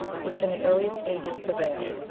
which in the earliest ages prevailed,